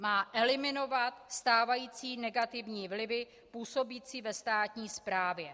Má eliminovat stávající negativní vlivy působící ve státní správě.